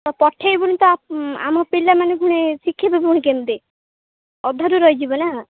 ଆଉ ପଠାଇବୁନି ତ ଆମ ପିଲାମାନେ ପୁଣି ଶିଖିବେ ପୁଣି କେମିତି ଅଧାରୁ ରହିଯିବେ ନା